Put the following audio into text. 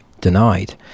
denied